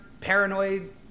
paranoid